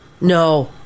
no